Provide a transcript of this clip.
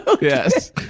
yes